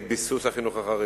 את ביסוס החינוך החרדי,